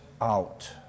out